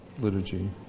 liturgy